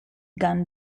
gun